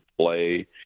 play